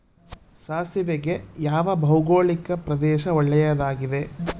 ಸಾಸಿವೆಗೆ ಯಾವ ಭೌಗೋಳಿಕ ಪ್ರದೇಶ ಒಳ್ಳೆಯದಾಗಿದೆ?